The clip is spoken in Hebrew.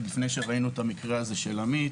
עוד לפני שראינו את המקרה של עמית.